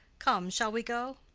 come, shall we go?